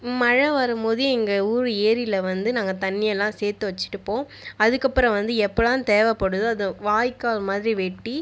மழை வரும் போது எங்கள் ஊர் ஏரியில் வந்து நாங்கள் தண்ணியை எல்லாம் சேர்த்து வச்சியிட்ருப்போம் அதுக்கு அப்புறம் வந்து எப்போதுலா தேவைப்படுதோ அதை வாய்க்கால் மாதிரி வெட்டி